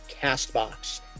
CastBox